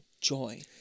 joy